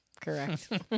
Correct